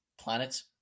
Planets